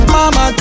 Mama